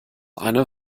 eine